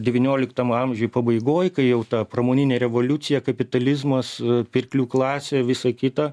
devynioliktam amžiuj pabaigoj kai jau ta pramoninė revoliucija kapitalizmas pirklių klasė visa kita